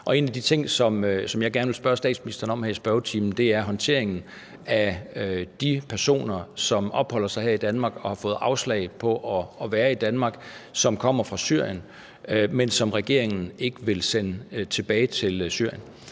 En af de ting, som jeg gerne vil spørge statsministeren om her i spørgetimen, er i forhold til håndteringen af de personer, som opholder sig her i Danmark og har fået afslag på at være i Danmark, og som kommer fra Syrien, men som regeringen ikke vil sende tilbage til Syrien.